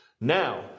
now